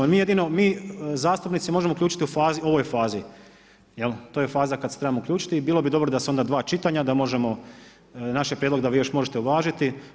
Mi jedino, mi zastupnici možemo u uključiti u ovoj fazi, to je faza kada se trebamo uključiti i bilo bi dobro da su onda dva čitanja da možemo, naš je prijedlog da vi još možete uvažiti.